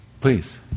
Please